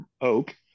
Oak